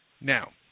Now